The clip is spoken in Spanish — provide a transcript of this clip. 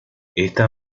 esta